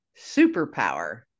superpower